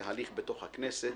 זה הליך בתוך הכנסת.